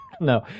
No